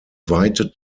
weite